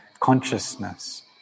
consciousness